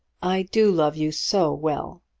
i do love you so well!